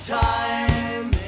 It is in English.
time